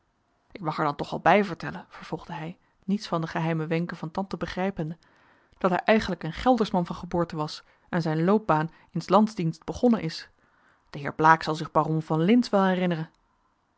ik mag er dan toch wel bij vertellen vervolgde hij niets van de geheime wenken van tante begrijpende dat hij eigenlijk een gelderschman van geboorte was en zijn loopbaan in s lands dienst begonnen is de heer blaek zal zich baron van lintz wel herinneren